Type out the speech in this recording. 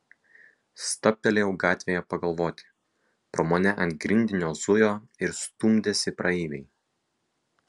stabtelėjau gatvėje pagalvoti pro mane ant grindinio zujo ir stumdėsi praeiviai